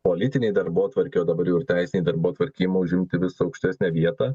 politinėj darbotvarkėj o dabar jau ir teisinėj darbotvarkė ima užimti vis aukštesnę vietą